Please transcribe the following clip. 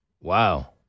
Wow